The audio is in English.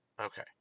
Okay